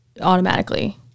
automatically